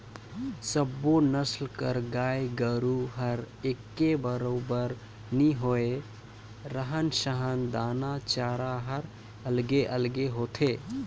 सब्बो नसल कर गाय गोरु हर एके बरोबर नी होय, रहन सहन, दाना चारा हर अलगे अलगे होथे